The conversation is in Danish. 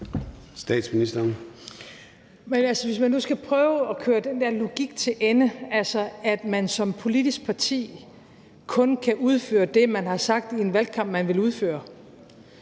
hvis man nu skal prøve at køre den der logik til ende, altså at man som politisk parti kun kan udføre det, man har sagt i en valgkamp man vil udføre,